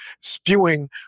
spewing